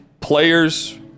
players –